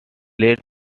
led